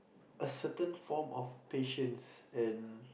a certain form of patience and